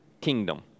kingdom